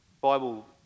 Bible